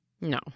No